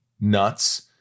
nuts